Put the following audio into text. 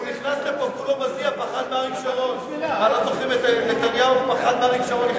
הוא נכנס לפה כולו מזיע, פחד מאריק שרון.